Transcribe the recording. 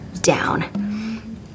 down